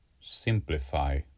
simplify